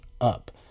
up